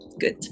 good